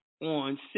on